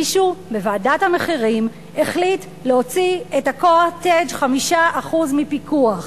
מישהו בוועדת המחירים החליט להוציא את ה"קוטג'" 5% מפיקוח?